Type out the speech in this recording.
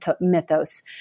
mythos